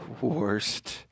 worst